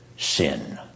sin